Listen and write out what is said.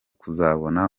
kuzabona